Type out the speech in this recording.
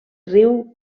riu